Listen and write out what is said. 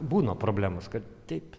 būna problemos kad taip